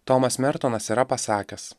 tomas mertonas yra pasakęs